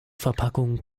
verpackung